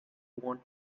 want